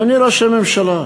אדוני ראש הממשלה,